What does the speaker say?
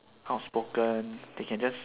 outspoken they can just